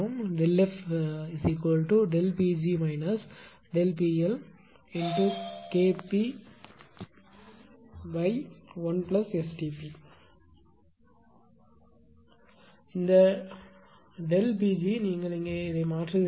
FPg PLKp1STp இந்த ΔP g நீங்கள் இங்கே மாற்றுகிறீர்கள் நீங்கள் இங்கேயே மாற்றுகிறீர்கள்